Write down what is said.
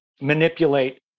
manipulate